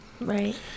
Right